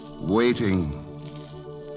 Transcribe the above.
waiting